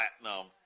Platinum